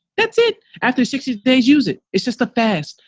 that's it. after sixty days use it. it's just a fast,